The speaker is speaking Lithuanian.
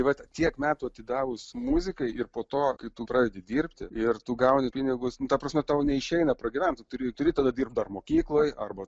vat tiek metų atidavus muzikai ir po to kai tu pradedi dirbti ir tu gauni pinigus ta prasme tau neišeina pragyvent turi turi tada dirbt dar mokykloj arba